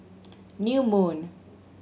New Moon